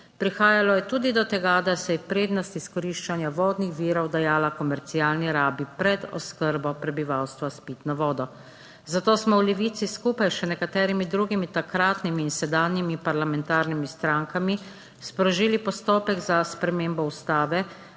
Prihajalo je tudi do tega, da se je prednost izkoriščanja vodnih virov dajala komercialni rabi pred oskrbo prebivalstva s pitno vodo. Zato smo v Levici skupaj s še nekaterimi drugimi takratnimi in sedanjimi parlamentarnimi strankami, sprožili postopek za spremembo Ustave,